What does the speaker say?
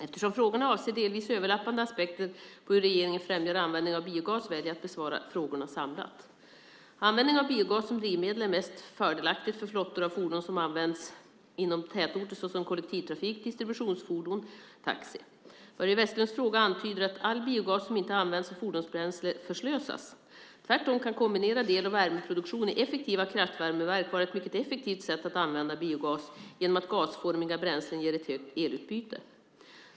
Eftersom frågorna avser delvis överlappande aspekter på hur regeringen främjar användningen av biogas väljer jag att besvara frågorna samlat. Användning av biogas som drivmedel är mest fördelaktigt för flottor av fordon som används inom tätorter såsom kollektivtrafik, distributionsfordon och taxi. Börje Vestlunds fråga antyder att all biogas som inte används som fordonsbränsle förslösas. Tvärtom kan kombinerad el och värmeproduktion i effektiva kraftvärmeverk vara ett mycket effektivt sätt att använda biogas genom att gasformiga bränslen ger ett högt elutbyte.